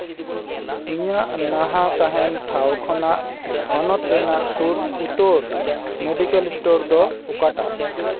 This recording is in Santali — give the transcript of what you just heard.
ᱤᱧᱟᱹᱜ ᱱᱟᱦᱟ ᱛᱟᱦᱮᱱ ᱴᱷᱟᱶ ᱠᱷᱚᱱᱟᱜ ᱦᱚᱱᱚᱛ ᱨᱮᱱᱟᱜ ᱥᱩᱨ ᱩᱛᱟᱹᱨ ᱢᱮᱰᱤᱠᱮᱞ ᱮᱥᱴᱳᱨ ᱫᱚ ᱚᱠᱟᱴᱟᱜ